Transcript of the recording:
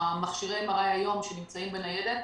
מכשירי ה-MRI שנמצאים היום בניידת